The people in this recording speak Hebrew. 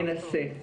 אני אנסה.